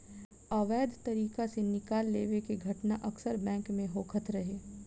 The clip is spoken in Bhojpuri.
अवैध तरीका से निकाल लेवे के घटना अक्सर बैंक में होखत रहे